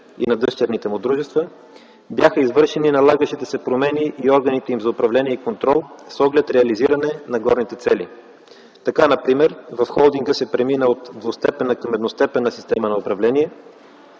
и на дъщерните му дружества бяха извършени и налагащите се промени на органите им за управление и контрол с оглед реализиране на горните цели. Така например, в холдинга се премина от двустепенна към едностепенна система на управление